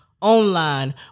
online